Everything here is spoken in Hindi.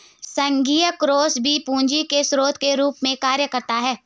संघीय कोष भी पूंजी के स्रोत के रूप में कार्य करता है